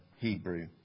Hebrew